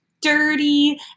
dirty